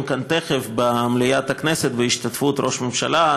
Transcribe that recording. כאן תכף במליאת הכנסת בהשתתפות ראש הממשלה,